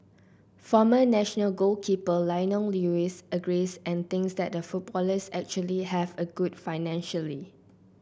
former national goalkeeper Lionel Lewis agrees and thinks that footballers actually have a good financially